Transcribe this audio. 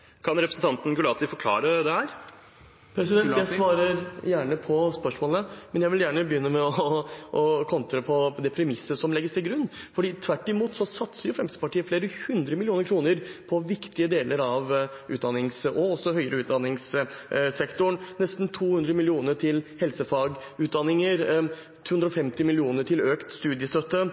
Kan representanten Gulati forklare dette? Jeg svarer gjerne på spørsmålet, men jeg vil begynne med å kontre på det premisset som legges til grunn. For tvert imot satser Fremskrittspartiet flere hundre millioner kroner på viktige deler av utdanningssektoren, også høyere utdanningssektoren – nesten 200 mill. kr til helsefagutdanninger, 250 mill. kr til økt studiestøtte